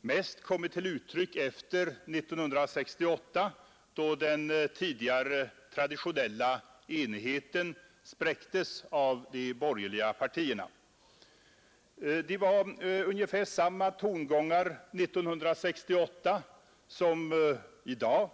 mest kommit till uttryck efter 1968, då den tidigare traditionella enigheten spräcktes av de borgerliga partierna. Det var ungefär samma tongångar 1968 som i dag.